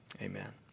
amen